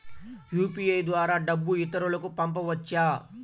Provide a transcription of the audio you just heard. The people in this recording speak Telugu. యూ.పీ.ఐ ద్వారా డబ్బు ఇతరులకు పంపవచ్చ?